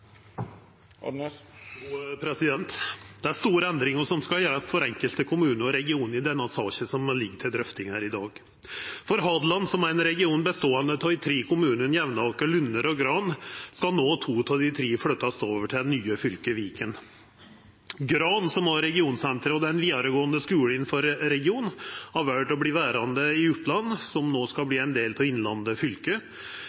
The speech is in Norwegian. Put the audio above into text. Det er store endringar som skal gjerast for enkelte kommunar og regionar i samband med den saka som ligg til drøfting her i dag. For Hadeland, som er ein region som består av tre kommunar, Jevnaker, Lunner og Gran, skal no to av dei tre kommunane flyttast over til det nye fylket Viken. Gran, som har regionsenteret og den vidaregåande skulen i regionen, har valt å verta verande i Oppland, som no skal